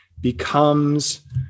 becomes